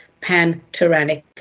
pan-Turanic